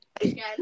Again